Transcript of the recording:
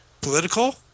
political